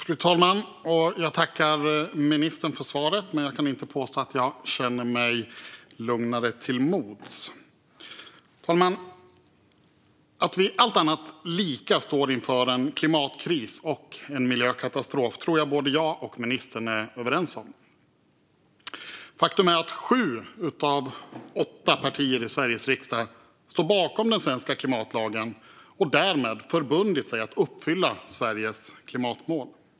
Fru talman! Jag tackar ministern för svaret, men jag kan inte påstå att jag känner mig lugnare till mods. Att vi, allt annat lika, står inför en klimatkris och en miljökatastrof tror jag att jag och ministern är överens om. Faktum är att sju av åtta partier i Sveriges riksdag står bakom den svenska klimatlagen och därmed har förbundit sig att uppfylla Sveriges klimatmål.